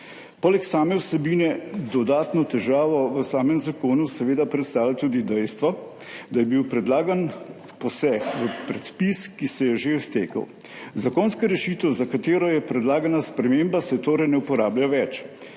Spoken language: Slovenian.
Poleg same vsebine dodatno težavo v samem zakonu seveda predstavlja tudi dejstvo, da je bil predlagan poseg v predpis, ki se je že iztekel. Zakonska rešitev, za katero je predlagana sprememba, se torej ne uporablja več.